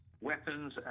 weapons